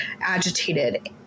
agitated